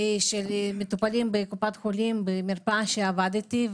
של מטופלים בקופת חולים במרפאה שעבדתי.